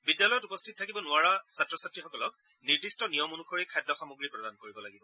বিদ্যালয়ত উপস্থিত থাকিব নোৱাৰা ছাত্ৰ ছাত্ৰীসকলক নিৰ্দিষ্ট নিয়ম অনুসৰি খাদ্য সামগ্ৰী প্ৰদান কৰিব লাগিব